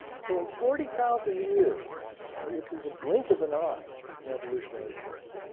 so in forty thousand years which is a blink of an eye in evolutionary terms,